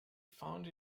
found